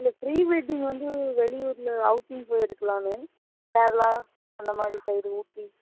இல்லை pre wedding வந்து வெளியூரில் அவுட்டிங் போய் எடுக்கலாம்னு கேரளா அந்த மாதிரி சைடு ஊட்டி